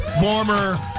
former